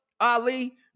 Ali